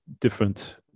different